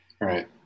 right